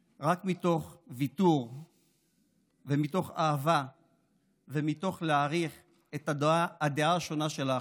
רק מתוך ויתור ומתוך אהבה ומתוך להעריך את הדעה השונה של האחר.